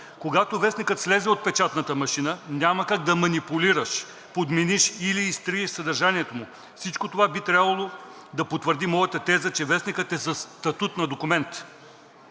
Когато вестникът слезе от печатната машина, няма как да манипулираш, подмениш или изтриеш съдържанието му. Всичко това би трябвало да потвърди моята теза, че вестникът е със статут на документ.